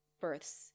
births